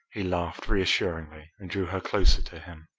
he laughed reassuringly and drew her closer to him.